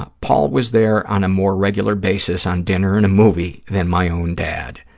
ah paul was there on a more regular basis on dinner and a movie than my own dad.